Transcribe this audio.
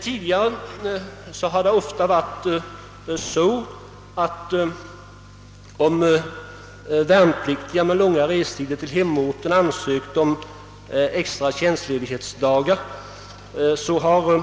Tidigare har det ofta varit på det sättet, att om värnpliktiga med långa restider till hemorten ansökt om extra tjänstledighetsdagar, har